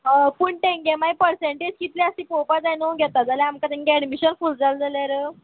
पूण टेंगे मागीर पर्संटेज कितली आसा ती पळोवपाक जाय न्हय घेता जाल्यार आमकां तेंगें एडमिशन फूल जाला जाल्यार